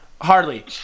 Hardly